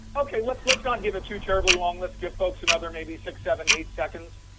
okay. let's let's not give it too terribly long, let's give folks another maybe six, seven, eight seconds,